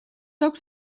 აქვს